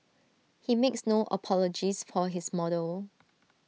he makes no apologies for his model